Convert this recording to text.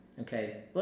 okay